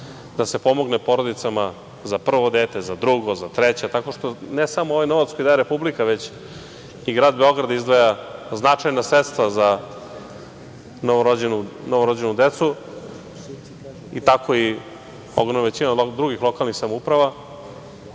da se pomogne porodicama za prvo, drugo, treće, dete, i ne samo ovaj novac koji daje republika, već i Grad Beograd izdvaja značajna sredstva za novorođenu decu i tako je u većina drugih lokalnih samouprava.Međutim,